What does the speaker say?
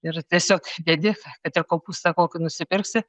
ir tiesiog dedi kad ir kopūstą kokį nusipirksi